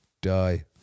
die